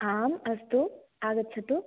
आम् अस्तु आगच्छतु